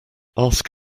ask